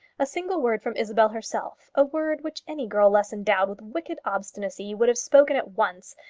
a single word from isabel herself, a word which any girl less endowed with wicked obstinacy would have spoken at once,